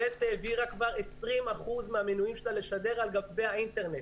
יס העבירה כבר 20 אחוזים מהמנויים שלה לשדר על גבי האינטרנט.